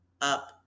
up